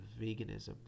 veganism